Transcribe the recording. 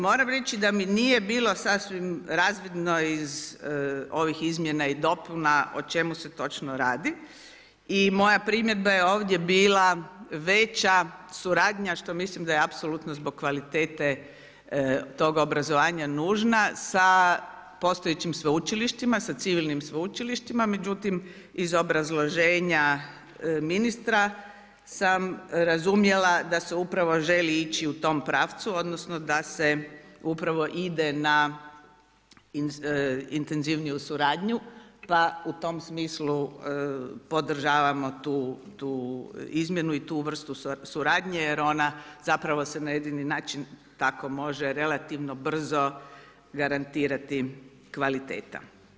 Moram reći da mi nije bilo sasvim razvidno iz ovih izmjena i dopuna o čemu se točno radi i moja primjedba je ovdje bila veća suradnja što mislim da je apsolutno zbog kvalitete toga obrazovanja nužna sa postojećim sveučilištima, sa civilnim sveučilištima međutim iz obrazloženja ministra sam razumjela da se upravo želi ići u tom pravcu odnosno da se upravo ide na intenzivniju suradnju pa u tom smislu podržavamo tu izmjenu i tu vrstu suradnje jer ona zapravo se na jedini način tako može relativno brzo garantirati kvaliteta.